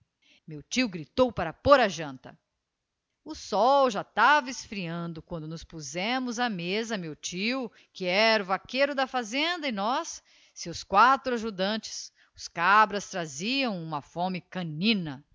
meu tio gritou para pôr a janta o sói já estava esfriando quando nos puzemos á mesa meu tio que era o vaqueiro da fazenda e nós seus quatro ajudantes os cabras traziam uma fome canina